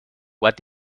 what